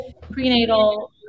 prenatal